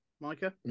Micah